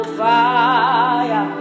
fire